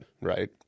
right